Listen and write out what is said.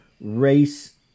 race